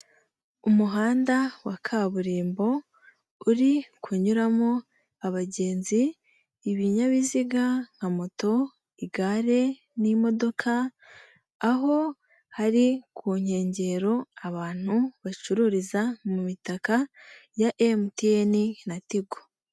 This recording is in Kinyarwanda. Umuhanda wa kaburimbo uri kunyuramo abagenzi, ibinyabiziga nka moto, igare n'imodoka aho hari ku nkengero abantu bacururiza mu mitaka ya MTN na Tigo.